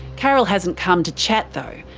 carol hasn't come to chat, though.